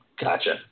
Gotcha